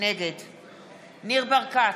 נגד ניר ברקת,